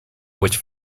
which